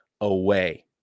away